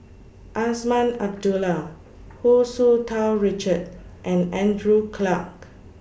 Azman Abdullah Hu Tsu Tau Richard and Andrew Clarke